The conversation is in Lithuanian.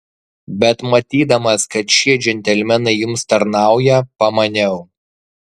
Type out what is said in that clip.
bet matydamas kad šie džentelmenai jums tarnauja pamaniau